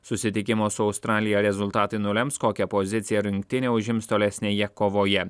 susitikimo su australija rezultatai nulems kokią poziciją rinktinė užims tolesnėje kovoje